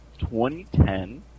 2010